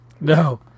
No